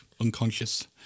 unconscious